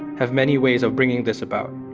have many ways of bringing this about.